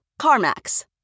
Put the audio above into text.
CarMax